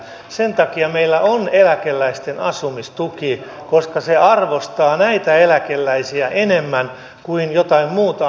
sen takia meillä on eläkeläisten asumistuki koska se arvostaa näitä eläkeläisiä enemmän kuin jotain muuta asumistuen saajaa